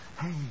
Hey